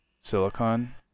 silicon